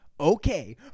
Okay